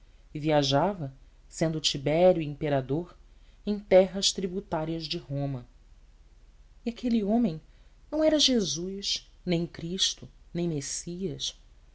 e viajava sendo tibério imperador em terras tributárias de roma e aquele homem não era jesus nem cristo nem messias